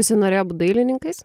visi norėjo būt dailininkais